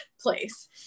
place